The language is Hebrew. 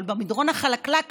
אבל במדרון החלקלק,